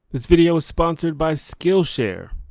this video is sponsored by skillshare.